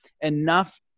enough